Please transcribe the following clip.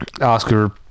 oscar